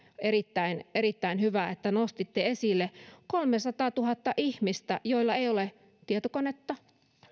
on erittäin hyvä että nostitte ne esille kolmesataatuhatta ihmistä joilla ei ole tietokonetta